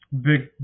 big